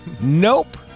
Nope